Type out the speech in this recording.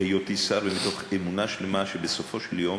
היותי שר ומתוך אמונה שלמה שבסופו של יום